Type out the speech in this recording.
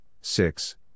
six